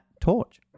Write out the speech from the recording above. torch